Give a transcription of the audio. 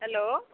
hello